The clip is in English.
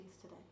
today